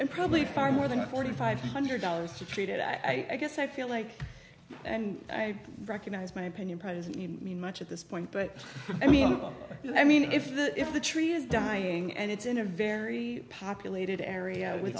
and probably far more than forty five hundred dollars to treat it i guess i feel like and i recognize my opinion presently mean much at this point but i mean i mean if if the tree is dying and it's in a very populated area with